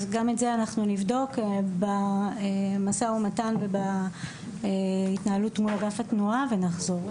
אז גם את זה אנחנו נבדוק במשא ומתן ובהתנהלות מול אגף התנועה ונחזור.